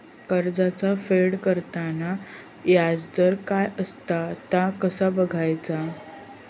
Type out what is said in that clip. कर्जाचा फेड करताना याजदर काय असा ता कसा बगायचा?